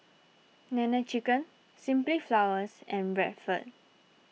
Nene Chicken Simply Flowers and Bradford